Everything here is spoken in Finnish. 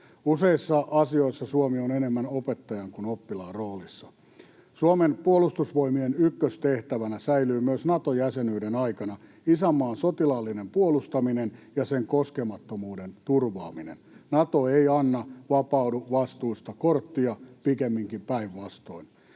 Useissa asioissa Suomi on enemmän opettajan kuin oppilaan roolissa. Suomen puolustusvoimien ykköstehtävänä säilyy myös Nato-jäsenyyden aikana isänmaan sotilaallinen puolustaminen ja sen koskemattomuuden turvaaminen. Nato ei anna vapaudu vastuusta ‑korttia, pikemminkin päinvastoin,